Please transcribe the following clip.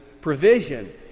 provision